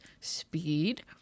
speed